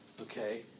Okay